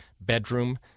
bedroom